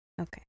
Okay